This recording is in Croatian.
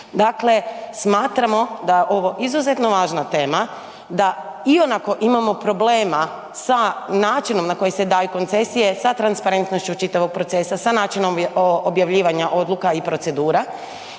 Dakle, smatramo da je ovo izuzeto važna tema, da ionako imamo problema sa načinom na koji se daju koncesije, sa transparentnošću čitavog procesa, sa načinom objavljivanja odluka i procedura